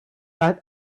but